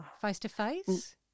face-to-face